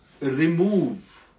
remove